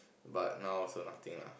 but now also nothing ah